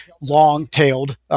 long-tailed